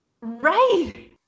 right